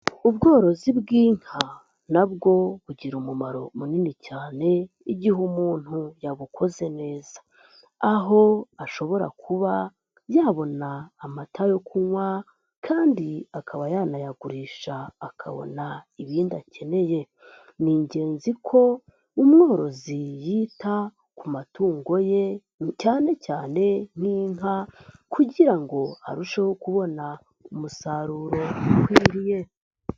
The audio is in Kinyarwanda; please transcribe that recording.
Ubworozi bw'inka nabwo bugira umumaro munini cyane igihe umuntu yabukoze neza, aho ashobora kuba yabona amata yo kunywa kandi akaba yanayagurisha akabona ibindi akeneye. Ni ingenzi ko umworozi yita ku matungo ye cyane cyane nk'inka kugira ngo arusheho kubona umusaruro ukwiriye.